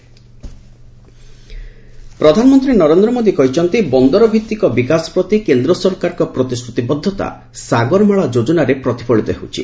PM Tamil Nadu ପ୍ରଧାନମନ୍ତ୍ରୀ ନରେନ୍ଦ୍ର ମୋଦୀ କହିଛନ୍ତି ବନ୍ଦରଭିତ୍ତିକ ବିକାଶ ପ୍ରତି କେନ୍ଦ୍ର ସରକାରଙ୍କ ପ୍ରତିଶ୍ରତିବଦ୍ଧତା 'ସାଗରମାଳା' ଯୋଜନାରେ ପ୍ରତିଫଳିତ ହେଉଛି